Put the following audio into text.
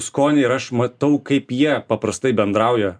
skonį ir aš matau kaip jie paprastai bendrauja